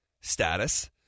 status